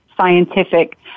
scientific